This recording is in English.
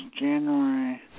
January